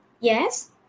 Yes